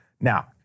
Now